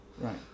right